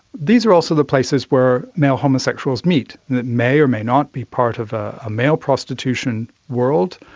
these are also the places where male homosexuals meet, that may or may not be part of a male prostitution world.